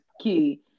key